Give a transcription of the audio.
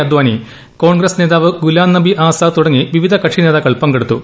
അദ്യാനി കോൺഗ്രസ് നേതാവ് ഗുലാം നബി ആസാദ് തുടങ്ങി വിവിധ്യാക്കുക്ഷി നേതാക്കൾ പങ്കെടുത്തു